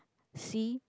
see